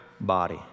body